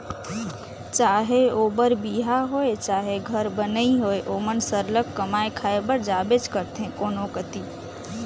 चहे ओ बर बिहा होए चहे घर बनई होए ओमन सरलग कमाए खाए बर जाबेच करथे कोनो कती